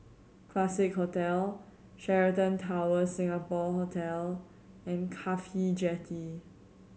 Classique Hotel Sheraton Towers Singapore Hotel and CAFHI Jetty